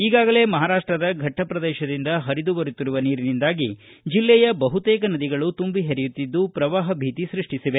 ಈಗಾಗಲೇ ಮಹಾರಾಷ್ಟದ ಫಟ್ಟದ ಪ್ರದೇಶದಿಂದ ಪರಿದುಬರುತ್ತಿರುವ ನೀರಿನಿಂದಾಗಿ ಜಿಲ್ಲೆಯ ಬಹುತೇಕ ನದಿಗಳು ತುಂಬ ಪರಿಯುತ್ತಿದ್ದು ಪ್ರವಾಹ ಭೀತಿ ಸೃಷ್ಟಿಸಿದೆ